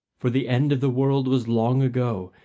for the end of the world was long ago,